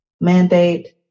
mandate